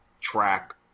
track